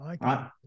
right